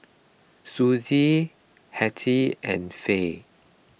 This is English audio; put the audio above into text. Sussie Hattie and Fay